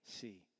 see